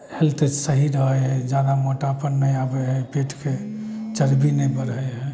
health सही रहऽ हइ जादा मोटापा नहि आबै हइ पेट शके चर्बी नहि बढ़ै हइ